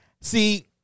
See